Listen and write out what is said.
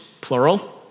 plural